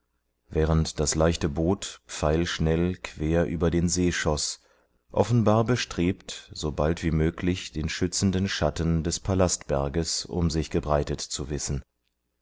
während das leichte boot pfeilschnell quer über den see schoß offenbar bestrebt sobald wie möglich den schützenden schatten des palastberges um sich gebreitet zu wissen